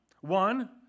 One